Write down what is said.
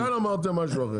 אבל אמרתם וכאן אמרתם משהו אחר.